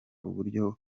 uburyo